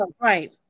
right